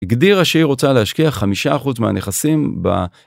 הגדירה שהיא רוצה להשקיע חמישה אחוז מהנכסים ב...